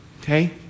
Okay